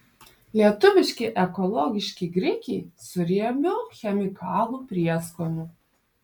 lietuviški ekologiški grikiai su riebiu chemikalų prieskoniu